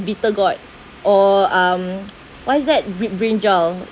bitter gourd or um what is that bri~ brinjal